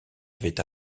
avait